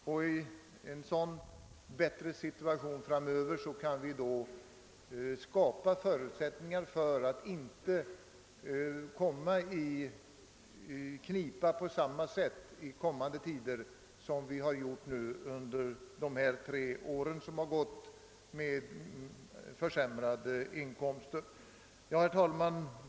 I en sådan bättre situation framöver kan vi med en resultat utjämningsfond skapa förutsättningar för att fiskarna inte skall komma i liknande knipa i kommande tider som under de tre senaste åren med de försämrade inkomster de då haft.